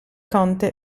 conte